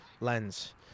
lens